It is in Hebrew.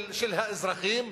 של האזרחים,